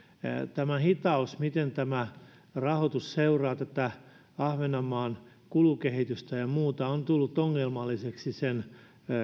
tämä hitaus miten tämä rahoitus seuraa ahvenanmaan kulukehitystä ja muuta on tullut ongelmalliseksi sen